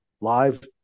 live